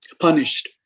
punished